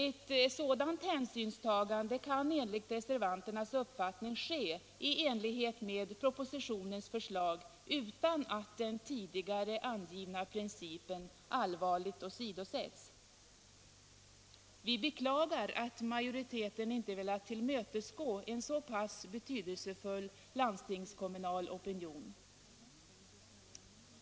Ett sådant hänsynstagande kan enligt reservanternas uppfattning ske i enlighet med propositionens förslag utan att den tidigare angivna principen allvarligt åsidosätts. Vi beklagar att majoriteten inte velat tillmötesgå en så pass betydel sefull landstingskommunal opinion.